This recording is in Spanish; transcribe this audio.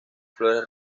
flores